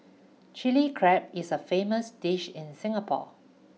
Chilli Crab is a famous dish in Singapore